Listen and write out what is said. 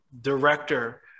director